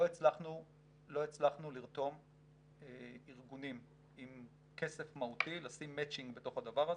לא הצלחנו לרתום ארגונים עם כסף מהותי לשים מצ'ינג בתוך הדבר הזה.